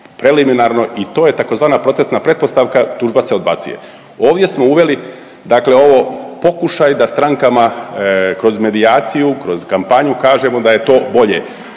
preliminarno i to je tzv. procesna pretpostavka, tužba se odbacuje. Ovdje smo uveli, dakle ovo, pokušaj da strankama kroz medijaciju, kroz kampanju kažemo da je to bolje,